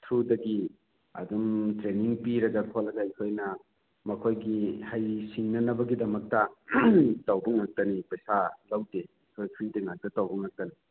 ꯊ꯭ꯔꯨꯗꯒꯤ ꯑꯗꯨꯝ ꯇ꯭ꯔꯦꯅꯤꯡ ꯄꯤꯔꯒ ꯈꯣꯠꯂꯒ ꯑꯩꯈꯣꯏꯅ ꯃꯈꯣꯏꯒꯤ ꯍꯩ ꯁꯤꯡꯅꯅꯕꯒꯤꯗꯃꯛꯇ ꯇꯧꯕ ꯉꯥꯛꯇꯅꯤ ꯄꯩꯁꯥ ꯂꯧꯗꯦ ꯑꯩꯈꯣꯏ ꯐ꯭ꯔꯤꯗ ꯉꯥꯛꯇ ꯇꯧꯕ ꯉꯥꯛꯇꯅꯤ